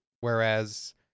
Whereas